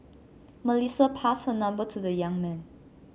Melissa passed her number to the young man